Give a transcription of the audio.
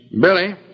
Billy